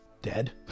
dead